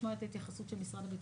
לשמוע את ההתייחסות של משרד הביטחון.